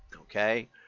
Okay